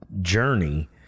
journey